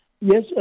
Yes